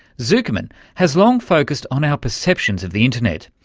zuckerman has long focussed on our perceptions of the internet,